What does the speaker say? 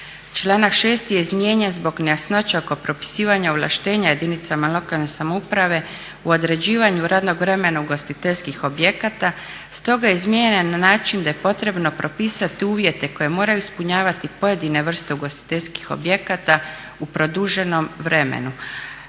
Članak 6.je izmijenjen zbog nejasnoća oko propisivanja ovlaštenja jedinicama lokalne samouprave u određivanju radnog vremena ugostiteljskih objekata. Stoga je izmijenjen na način da je potrebno propisati uvjete koje moraju ispunjavati pojedine vrste ugostiteljskih objekata u produženom vremenu,